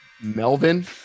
Melvin